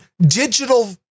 digital